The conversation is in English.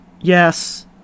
yes